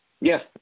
Yes